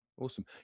Awesome